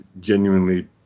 genuinely